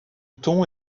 ton